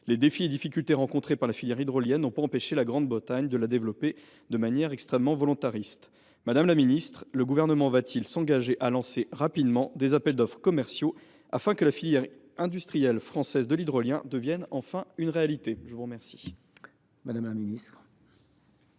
Ces défis et les difficultés rencontrées par la filière hydrolienne n’ont pas empêché la Grande Bretagne de la développer de manière extrêmement volontariste. Madame la ministre, le Gouvernement va t il s’engager à lancer rapidement des appels d’offres commerciaux, afin que la filière industrielle française de l’hydrolien devienne enfin une réalité ? La parole est à Mme la ministre